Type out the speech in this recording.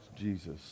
Jesus